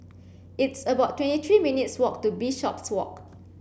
it's about twenty three minutes' walk to Bishopswalk